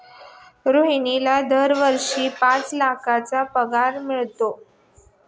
रोहनला दरवर्षी पाच लाखांचा पगार मिळतो